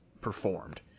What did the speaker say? performed